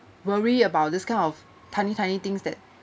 worry about this kind of tiny tiny things that